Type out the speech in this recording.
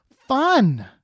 fun